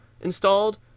installed